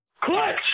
Clutch